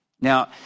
Now